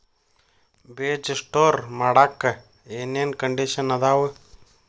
ಬೇಜ ಸ್ಟೋರ್ ಮಾಡಾಕ್ ಏನೇನ್ ಕಂಡಿಷನ್ ಅದಾವ?